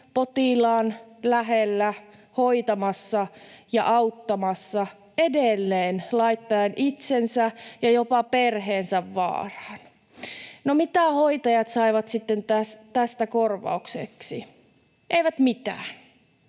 potilaan lähellä hoitamassa ja auttamassa edelleen laittaen itsensä ja jopa perheensä vaaraan. No, mitä hoitajat saivat sitten taas tästä korvaukseksi? Eivät mitään.